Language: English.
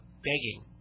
begging